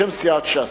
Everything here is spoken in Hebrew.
בשם סיעת ש"ס,